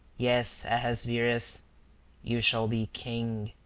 yes, ahasverus. you shall be king.